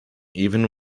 even